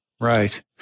Right